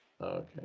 Okay